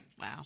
Wow